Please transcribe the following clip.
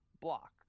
block